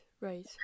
Right